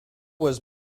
was